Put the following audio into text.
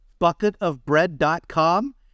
bucketofbread.com